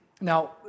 now